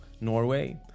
Norway